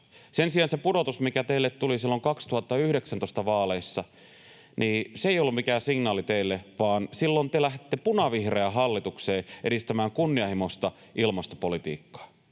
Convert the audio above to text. Sen sijaan se pudotus, mikä teille tuli silloin 2019 vaaleissa, ei ollut mikään signaali teille, vaan silloin te lähditte punavihreään hallitukseen edistämään kunnianhimoista ilmastopolitiikkaa.